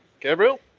Gabriel